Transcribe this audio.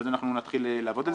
ואז אנחנו נתחיל לעבוד על זה.